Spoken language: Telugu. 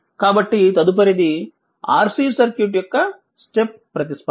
కాబట్టి తదుపరిది RC సర్క్యూట్ యొక్క స్టెప్ ప్రతిస్పందన